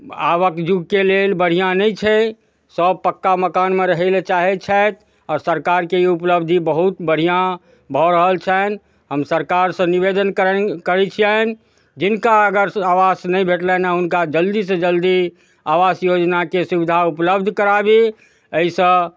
आबक जुगके लेल बढ़िआँ नहि छै सब पक्का मकानमे रहै लै चाहै छथि आओर सरकारके ई ऊपलब्धि बहुत बढ़िआँ भऽ रहल छनि हम सरकारसँ निवेदन करेँ करैत छिअनि जिनका अगर सुध आवास नहि भेटलनि हँ हुनका जल्दीसँ जल्दी आवास योजनाके सुविधा ऊपलब्ध कराबी एहिसँ